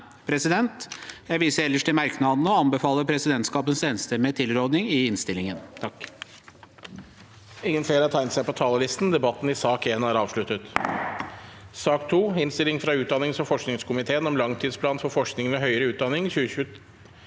Jeg viser ellers til merknadene og anbefaler presidentskapets enstemmige tilråding i innstillingen.